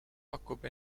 pakub